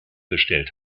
bestellt